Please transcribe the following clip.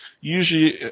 usually